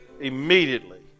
immediately